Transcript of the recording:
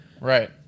Right